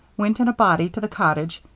went in a body to the cottage,